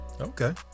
Okay